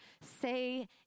say